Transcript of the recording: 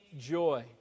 joy